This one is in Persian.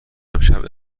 امشب